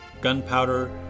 gunpowder